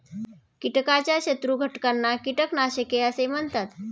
कीटकाच्या शत्रू घटकांना कीटकनाशके असे म्हणतात